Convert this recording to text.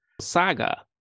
saga